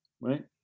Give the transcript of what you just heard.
right